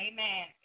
Amen